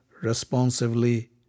responsively